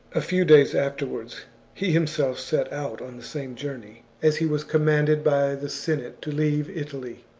a few days afterwards he himself set out on the same journey, as he was commanded by the senate to leave italy.